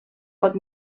pot